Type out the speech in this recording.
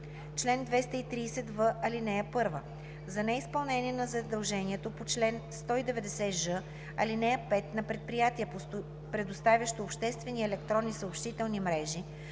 Чл. 230в. (1) За неизпълнение на задължението по чл. 190ж, ал. 5 на предприятие, предоставящо обществени електронни съобщителни мрежи